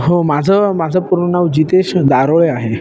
हो माझं माझं पूर्ण नाव जितेश दारोळे आहे